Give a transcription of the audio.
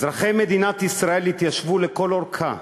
אזרחי מדינת ישראל התיישבו לכל אורכה,